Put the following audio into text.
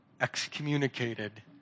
excommunicated